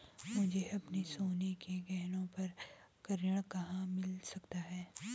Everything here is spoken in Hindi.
मुझे अपने सोने के गहनों पर ऋण कहाँ मिल सकता है?